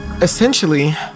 Essentially